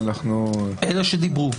אלה שדיברו.